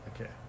Okay